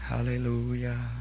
Hallelujah